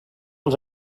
els